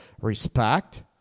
respect